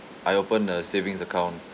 I open a savings account